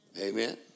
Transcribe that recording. Amen